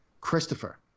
Christopher